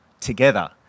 together